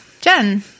Jen